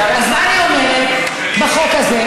אז מה אני אומרת בחוק הזה?